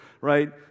right